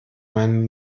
meine